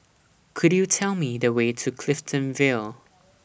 Could YOU Tell Me The Way to Clifton Vale